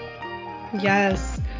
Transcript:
yes